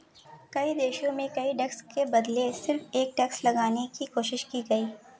कई देशों में कई टैक्स के बदले सिर्फ एक टैक्स लगाने की कोशिश की गयी